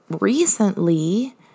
recently